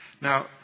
Now